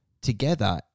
together